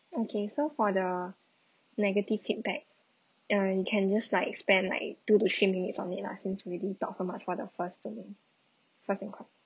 okay so for the negative feedback uh can just like expand like two to three minutes only lah since really talk so much for the first domain first enq~